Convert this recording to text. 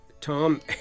tom